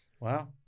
Wow